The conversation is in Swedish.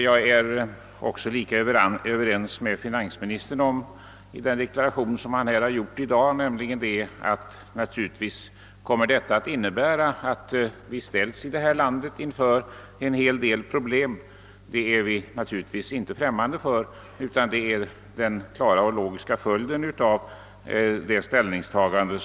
Jag är likaledes överens med finansministern då han här deklarerar, att beslutet att inte devalvera naturligtvis kommer att leda till att vi ställs inför en hel del problem. Detta är den klara och logiska följden av ställningstagandet.